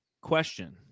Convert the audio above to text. Question